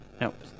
Nope